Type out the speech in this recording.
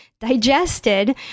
digested